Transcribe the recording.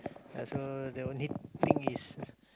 ya so the only thing is